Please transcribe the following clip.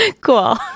Cool